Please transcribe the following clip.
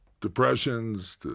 Depressions